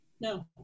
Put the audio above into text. no